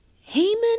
Haman